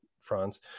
France